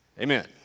Amen